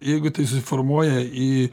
jeigu tai susiformuoja į